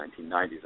1990s